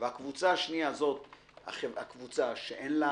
ויש קבוצה שנייה שאין לה